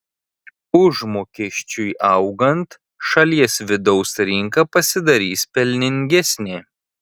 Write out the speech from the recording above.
užmokesčiui augant šalies vidaus rinka pasidarys pelningesnė